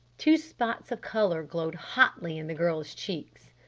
two spots of color glowed hotly in the girl's cheeks.